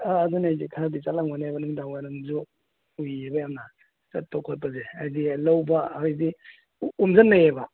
ꯑꯥ ꯑꯗꯨꯅꯦ ꯍꯥꯏꯁꯦ ꯈꯔꯗꯤ ꯆꯠꯂꯝꯒꯅꯦꯕ ꯅꯨꯡꯗꯥꯡ ꯋꯥꯏꯔꯝꯁꯨ ꯎꯏꯑꯕ ꯌꯥꯝꯅ ꯆꯠꯄ ꯈꯣꯠꯄꯁꯦ ꯍꯥꯏꯗꯤ ꯂꯧꯕ ꯍꯥꯏꯗꯤ ꯑꯣꯁꯤꯟꯅꯩꯕ